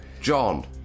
John